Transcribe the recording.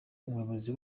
umuyobozi